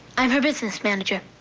i'm her business manager.